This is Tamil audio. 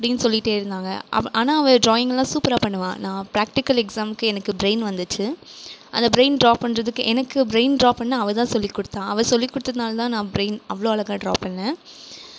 இப்படின்னு சொல்லிகிட்டே இருந்தாங்க அவள் ஆனால் அவள் டிராயிங்கெலாம் சூப்பராக பண்ணுவாள் நான் பிராக்டிகல் எக்ஸாமுக்கு எனக்கு பிரெய்ன் வந்துச்சு அந்த பிரெய்ன் டிரா பண்றத்துக்கு எனக்கு பிரெய்ன் டிரா பண்ண அவள்தான் சொல்லிக் கொடுத்தா அவள் சொல்லிக் கொடுத்ததுனால தான் நான் பிரெய்ன் அவ்வளோ அழகாக டிரா பண்ணேன்